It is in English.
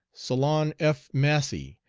solon f. massey,